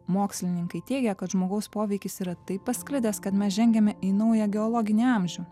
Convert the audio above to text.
mokslininkai teigia kad žmogaus poveikis yra taip pasklidęs kad mes žengiame į naują geologinį amžių